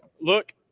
Look